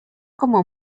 como